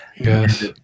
Yes